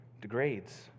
degrades